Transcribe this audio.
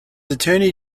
attorney